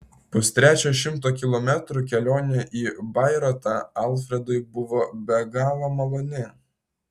pustrečio šimto kilometrų kelionė į bairoitą alfredui buvo be galo maloni